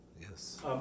Yes